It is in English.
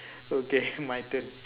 okay my turn